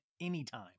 anytime